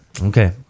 Okay